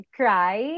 cry